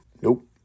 Nope